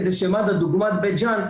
כדי שמד"א דוגמת בית ג'אן,